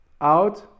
out